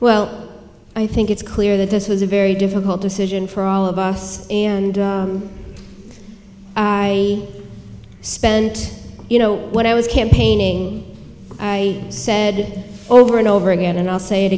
well i think it's clear that this was a very difficult decision for all of us and i spent you know what i was campaigning i said over and over again and i'll say it